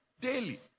daily